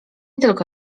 tylko